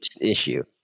issue